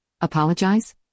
Apologize